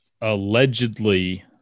Allegedly